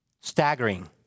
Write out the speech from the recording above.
Staggering